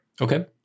Okay